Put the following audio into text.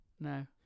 No